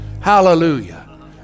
Hallelujah